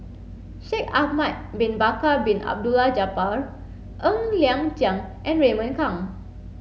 Shaikh Ahmad bin Bakar Bin Abdullah Jabbar Ng Liang Chiang and Raymond Kang